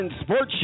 Sports